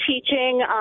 teaching